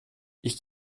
ich